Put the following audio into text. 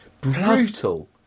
brutal